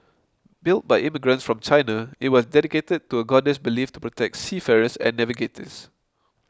built by immigrants from China it was dedicated to a goddess believed to protect seafarers and navigators